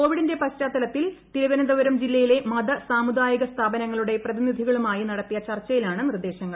കോവിഡിന്റെ പശ്ചാത്തലത്തിൽ ജില്ലയിലെ മത സാമുദായിക സ്ഥാപനങ്ങളുടെ പ്രതിനിധികളുമായി നടത്തിയ ചർച്ചയിലാണു നിർദേശങ്ങൾ